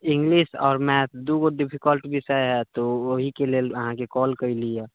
English आओर math दूगो difficult विषय हइ तऽ ओहिके लेल अहाँके कॉल कएलीहँ